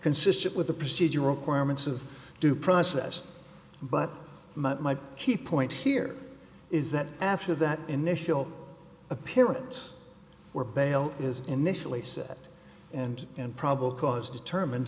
consistent with the procedural requirements of due process but my key point here is that after that initial appearance where bail is initially set and in probable cause determined